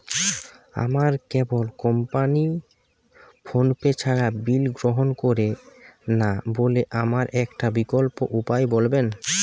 আমার কেবল কোম্পানী ফোনপে ছাড়া বিল গ্রহণ করে না বলে আমার একটা বিকল্প উপায় বলবেন?